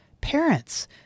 Parents